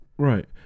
Right